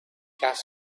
gas